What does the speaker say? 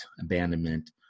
abandonment